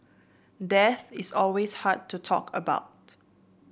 death is always hard to talk about